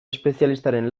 espezialistaren